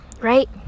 Right